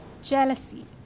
jealousy